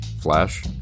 Flash